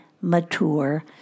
mature